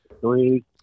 three